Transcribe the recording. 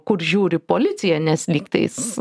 kur žiūri policija nes lyg tais